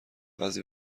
بعضی